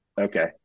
Okay